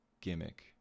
gimmick